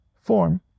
form